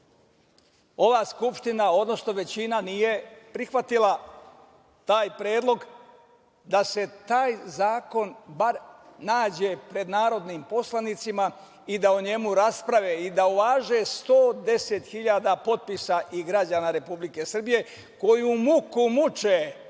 ova Skupština, odnosno većina nije prihvatila taj predlog da se taj zakon bar nađe pred narodnim poslanicima i da o njemu rasprave i da uvaže 110.000 potpisa i građana Republike Srbije koji muku muče